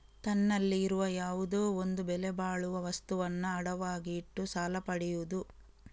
ತನ್ನಲ್ಲಿ ಇರುವ ಯಾವುದೋ ಒಂದು ಬೆಲೆ ಬಾಳುವ ವಸ್ತುವನ್ನ ಅಡವಾಗಿ ಇಟ್ಟು ಸಾಲ ಪಡಿಯುದು